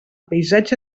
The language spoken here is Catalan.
paisatge